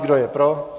Kdo je pro?